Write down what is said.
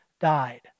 died